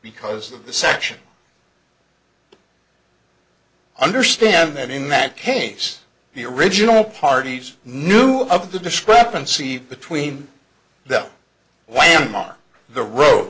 because of the section understand that in that case the original parties knew of the discrepancy between the